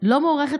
לא מוארכות